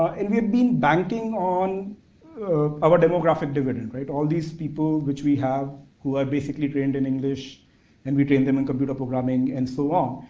and we've been banking on our demographic dividend. all these people which we have who are basically trained in english and we train them in computer programming, and so on.